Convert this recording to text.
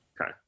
Okay